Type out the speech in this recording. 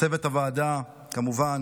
לצוות הוועדה, כמובן